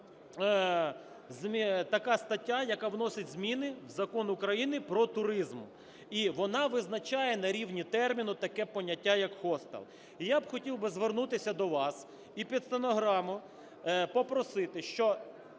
така стаття, яка вносить зміни у Закон України "Про туризм", і вона визначає на рівні терміну таке поняття як "хостел". І я б хотів би звернутися до вас і під стенограму попросити, щоб